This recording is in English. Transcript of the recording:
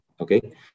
okay